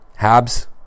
Habs